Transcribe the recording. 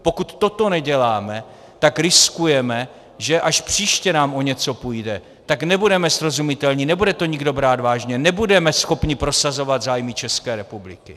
Pokud toto neděláme, tak riskujeme, že až nám příště o něco půjde, nebudeme srozumitelní, nebude to nikdo brát vážně, nebudeme schopni prosazovat zájmy České republiky.